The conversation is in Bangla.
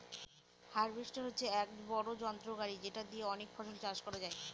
হার্ভেস্টর হচ্ছে এক বড়ো যন্ত্র গাড়ি যেটা দিয়ে অনেক ফসল চাষ করা যায়